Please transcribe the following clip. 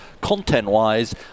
content-wise